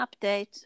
update